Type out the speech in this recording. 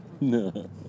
No